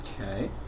Okay